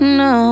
no